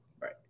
Right